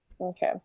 Okay